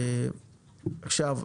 עכשיו,